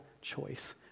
choice